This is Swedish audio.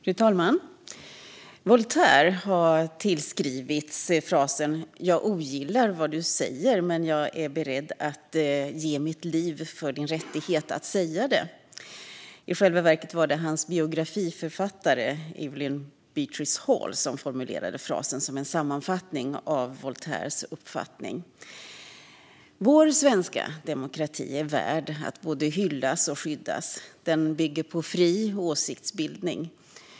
Fru talman! Voltaire har tillskrivits denna fras: Jag ogillar vad du säger, men jag är beredd att ge mitt liv för din rättighet att säga det. I själva verket var det hans biografiförfattare, Evelyn Beatrice Hall, som formulerade frasen som en sammanfattning av Voltaires uppfattning. Vår svenska demokrati är värd att både hyllas och skyddas. Den bygger på fri åsiktsbildning.